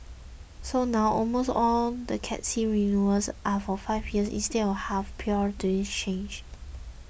so now almost all the Cat C renewals are for five years instead of about half prior to this change